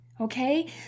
Okay